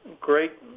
great